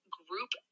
group